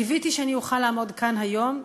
קיוויתי שאני אוכל לעמוד כאן היום,